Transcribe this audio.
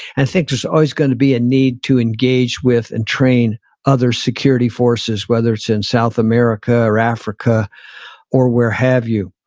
i think there's always going to be a need to engage with and train other security forces, whether it's in south america or africa or where have you,